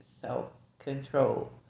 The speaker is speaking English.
self-control